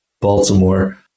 Baltimore